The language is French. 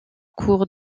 cours